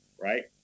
right